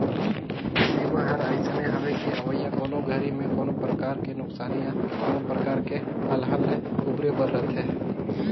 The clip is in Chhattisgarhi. बीमा हर अइसने हवे कि अवइया कोनो घरी मे कोनो परकार के नुकसानी या कोनो परकार के अलहन ले उबरे बर रथे